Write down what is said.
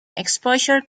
exposure